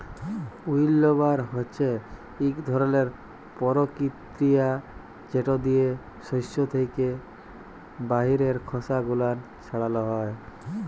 উইল্লবার হছে ইক ধরলের পরতিকিরিয়া যেট দিয়ে সস্য থ্যাকে বাহিরের খসা গুলান ছাড়ালো হয়